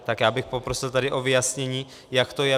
Tak já bych poprosil tady o vyjasnění, jak to je.